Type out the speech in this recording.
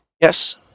yes